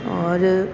और